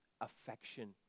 affection